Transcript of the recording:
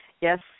Yes